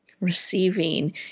receiving